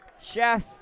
Chef